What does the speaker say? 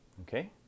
Okay